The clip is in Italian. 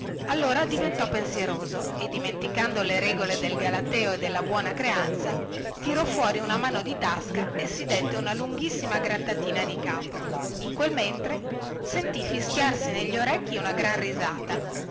allora diventò pensieroso e dimenticando le regole del galateo e della buona creanza tirò fuori una mano di tasca e si dette una lunghissima grattatina di capo in quel mentre sentì fischiare negli orecchi una gran risata